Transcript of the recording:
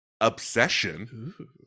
obsession